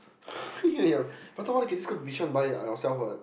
why you and your Prata-Wala can go Bishan buy ourselves what